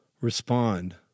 respond